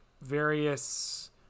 various